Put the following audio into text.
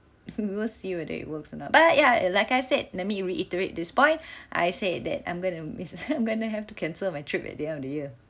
we will see whether it works or not but ya like I said let me reiterate this point I said that I'm going to misses I'm gonna have to cancel my trip at the end of the year